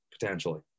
potentially